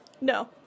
No